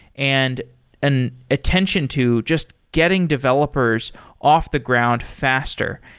and an attention to just getting developers off the ground faster,